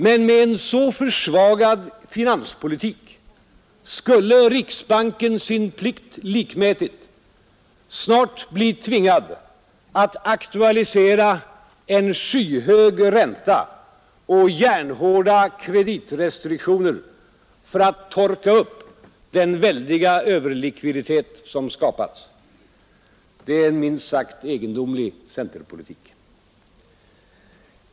Men med en så försvagad finanspolitik skulle riksbanken, sin plikt likmätigt, snart bli tvingad att aktualisera en skyhög ränta och järnhårda kreditrestriktioner för att torka upp den väldiga överlikviditet som skapats. Det är en minst sagt egendomlig centerpolitik.